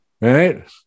right